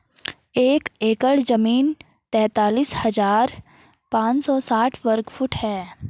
एक एकड़ जमीन तैंतालीस हजार पांच सौ साठ वर्ग फुट है